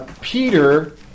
Peter